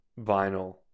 vinyl